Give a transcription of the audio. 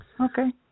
Okay